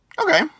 Okay